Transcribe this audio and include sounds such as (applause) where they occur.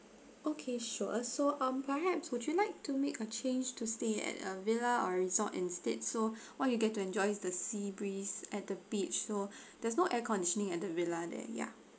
okay sure so um perhaps would you like to make a change to stay at a villa or resort instead so (breath) what you get to enjoy is the sea breeze at the beach so (breath) there's no air conditioning at the villa there ya